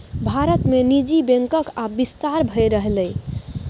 भारत मे निजी बैंकक आब बिस्तार भए रहलैए